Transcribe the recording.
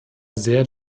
sehr